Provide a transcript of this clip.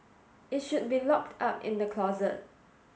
it should be locked up in the closet